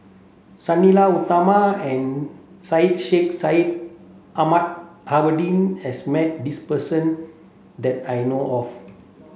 Sang Nila Utama and Syed Sheikh Syed Ahmad Al has met this person that I know of